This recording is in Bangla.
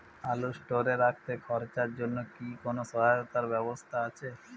আলু স্টোরে রাখতে খরচার জন্যকি কোন সহায়তার ব্যবস্থা আছে?